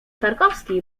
tarkowski